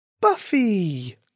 Buffy